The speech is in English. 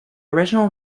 original